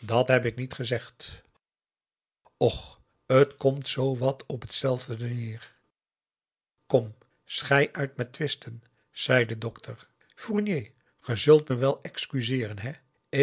dat heb ik niet gezegd och het komt zoowat op t zelfde neer kom schei uit met twisten zei de dokter fournier ge zult me wel excuseeren hè